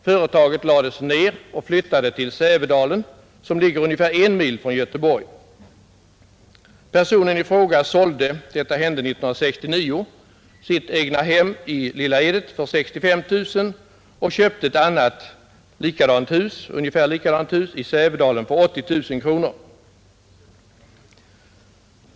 Företaget lades ned och flyttade till Sävedalen, som ligger ungefär en mil från Göteborg. Detta hände 1969. Personen i fråga sålde sitt egnahem i Lilla Edet för 65 000 kronor och köpte ett ungefär likadant hus i Sävedalen för 80 000 kronor.